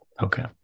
Okay